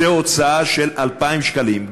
זאת הוצאה של 2,000 שקלים.